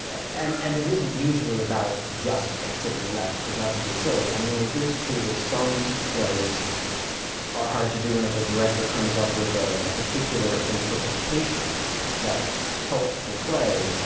and and it isn't usually about just exiting left, cuz that would be silly. i mean, it is true that some plays are hard to do. and if a director comes up with a a particular interpretation that helps the play,